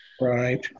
Right